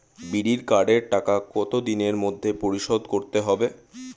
বিড়ির কার্ডের টাকা কত দিনের মধ্যে পরিশোধ করতে হবে?